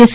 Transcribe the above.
S